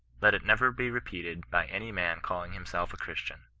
let it never be repeated by any man calling himself a christian.